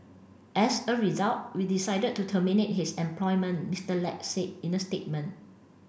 as a result we decided to terminate his employment Mister Lack said in a statement